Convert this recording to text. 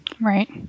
Right